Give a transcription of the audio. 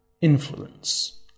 influence